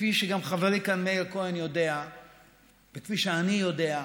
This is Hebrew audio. כפי שגם חברי כאן מאיר כהן יודע וכפי שאני יודע,